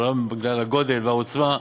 אבל היום בגלל הגודל והעוצמה,